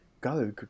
go